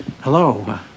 hello